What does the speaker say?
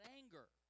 anger